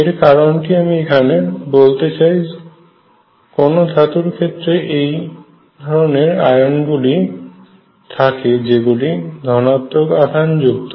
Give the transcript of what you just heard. এর কারণটি আমি এখানে বলতে চাই কোন ধাতুর ক্ষেত্রে এই ধরনের আয়ন গুলি থাকে যেগুলি ধনাত্মক আধান যুক্ত